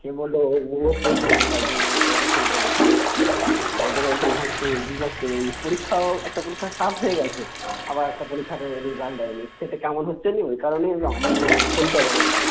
সে বললো ও ও পড়তো তাই জন্য আমি তোমাকে ফোন করলাম যে আমাদেরও এরকম হচ্ছে বুঝতেই পারছ এই পরীক্ষাও একটা পরীক্ষা স্টার্ট হয়ে গেছে আবার একটা পরীক্ষা রেজাল্ট দেয় নি সেটা কেমন হচ্ছে তো ওই কারণে আমি ফোন করলাম আর কি